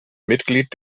mitglied